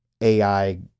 AI